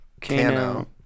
Cano